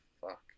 fuck